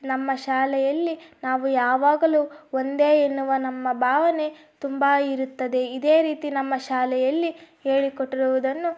ನಮ್ಮ ಶಾಲೆಯಲ್ಲಿ ನಾವು ಯಾವಾಗಲೂ ಒಂದೇ ಎನ್ನುವ ನಮ್ಮ ಭಾವನೆ ತುಂಬ ಇರುತ್ತದೆ ಇದೇ ರೀತಿ ನಮ್ಮ ಶಾಲೆಯಲ್ಲಿ ಹೇಳಿಕೊಟ್ಟಿರುವುದನ್ನು